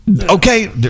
Okay